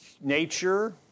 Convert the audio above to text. nature